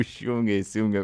išjungia įsijungia